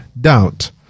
doubt